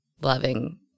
loving